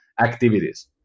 activities